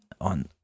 on